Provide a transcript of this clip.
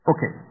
Okay